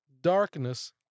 darkness